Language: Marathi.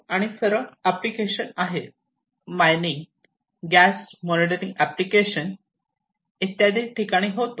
ज्याचा उपयोग मायनिंग इंडस्ट्री तसेच केमिकल इंडस्ट्रीज आणि इतर इंडस्ट्रीमध्ये उदाहरणार्थ underground mining gas monitoring application इत्यादी ठिकाणी होतो